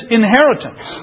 inheritance